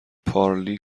پارلی